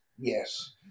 Yes